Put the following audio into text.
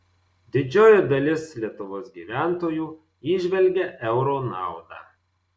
didžioji dalis lietuvos gyventojų įžvelgia euro naudą